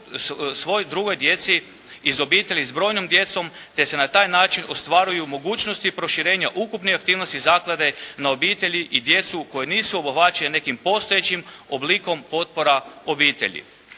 svoj drugoj djeci iz obitelji s brojnom djecom, te se na taj način ostvaruju mogućnosti proširenja ukupne aktivnosti zaklade na obitelji i djecu koji nisu obuhvaćeni nekim postojećim oblikom potpora obitelji.